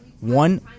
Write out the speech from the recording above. one